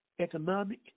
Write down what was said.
economic